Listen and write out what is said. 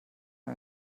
man